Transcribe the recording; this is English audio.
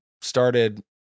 started